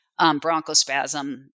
bronchospasm